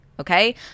Okay